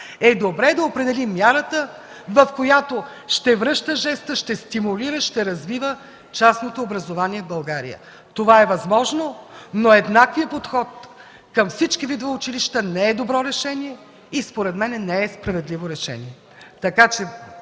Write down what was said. е добре да определим мярата, в която ще връща жеста, ще стимулира, ще развива частното образование в България. Това е възможно, но еднаквият подход към всички видове училища не е добро решение и според мен не е справедливо решение.